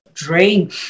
drain